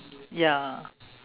ya